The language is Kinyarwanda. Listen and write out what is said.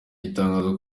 gitangaza